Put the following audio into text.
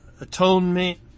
atonement